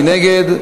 מי נגד?